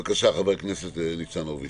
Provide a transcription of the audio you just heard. בבקשה, חבר הכנסת ניצן הורוביץ.